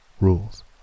Rules